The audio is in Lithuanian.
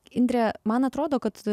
indrė man atrodo kad